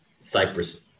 Cyprus